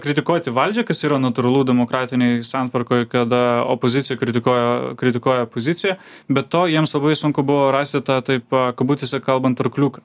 kritikuoti valdžią kas yra natūralu demokratinėj santvarkoj kad opozicija kritikuoja kritikuoja poziciją be to jiems labai sunku buvo rasti tą taip kabutėse kalbant arkliuką